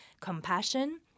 compassion